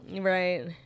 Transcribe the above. Right